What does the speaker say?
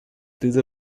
diese